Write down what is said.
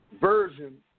version